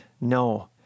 No